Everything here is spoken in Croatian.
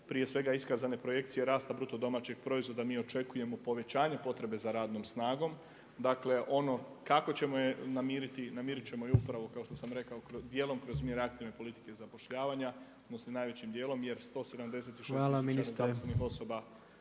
prije svega iskazane projekcije rasta BDP-a mi očekujemo povećanje potrebe za radnom snagom. Dakle kako ćemo je namiriti? Namirit ćemo je upravo kao što sam rekao dijelom kroz mjere aktivne politike zapošljavanja odnosno najvećim dijelom jer 176 tisuća zaposlenih osoba